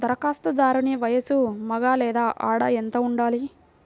ధరఖాస్తుదారుని వయస్సు మగ లేదా ఆడ ఎంత ఉండాలి?